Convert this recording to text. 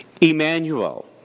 Emmanuel